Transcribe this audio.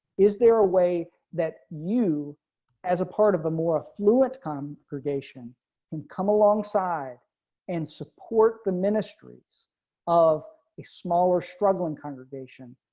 is there a way that you as a part of a more fluid come creation and come alongside and support the ministries of a smaller struggling congregation,